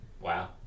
Wow